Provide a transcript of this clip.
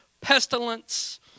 pestilence